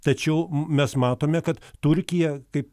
tačiau mes matome kad turkija kaip